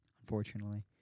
unfortunately